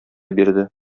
бирде